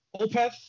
Opeth